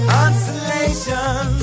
Consolation